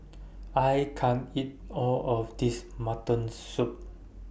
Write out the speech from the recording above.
I can't eat All of This Mutton Soup